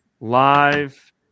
live